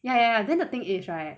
ya ya then the thing is right